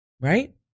Right